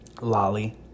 Lolly